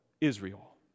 Israel